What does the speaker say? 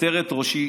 עטרת ראשי,